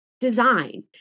design